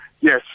Yes